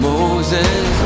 Moses